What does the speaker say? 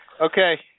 Okay